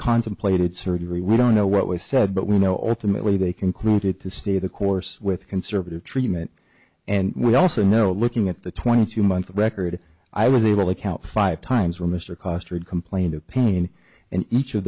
contemplated surgery we don't know what was said but we know alternately they concluded to stay the course with conservative treatment and we also know looking at the twenty two month record i was able to count five times where mr coster had complained of pain and each of